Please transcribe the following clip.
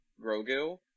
Grogu